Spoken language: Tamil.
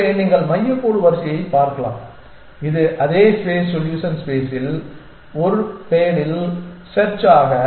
எனவே நீங்கள் மையக் கோடு வரிசையைப் பார்க்கலாம் இது அதே ஸ்பேஸ் சொல்யூஷன் ஸ்பேஸில் ஒரு பேடில் செர்ச் ஆக